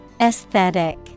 Aesthetic